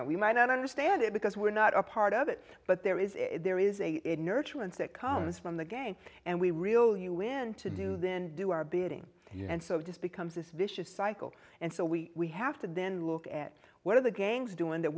that we might not understand it because we're not a part of it but there is a there is a nurturant that comes from the gang and we real you when to do then do our bidding and so it just becomes this vicious cycle and so we have to then look at what are the gangs doing that